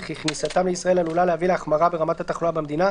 וכי כניסתם לישראל עלולה להביא להחמרה ברמת התחלואה במדינה,